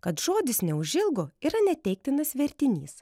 kad žodis neužilgo yra neteiktinas vertinys